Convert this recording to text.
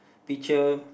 teacher